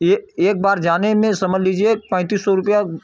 एक एक बार जाने में समझ लीजिए पैंतीस सौ रुपये